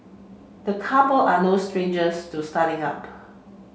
the couple are no strangers to starting up